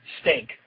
stink